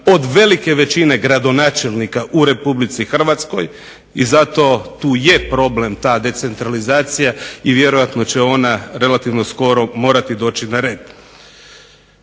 od velike većine gradonačelnika u Republici Hrvatskoj i zato tu je problem ta decentralizacija i vjerojatno će ona relativno skoro morati doći na red.